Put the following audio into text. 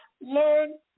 learn